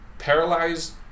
paralyzed